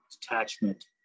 detachment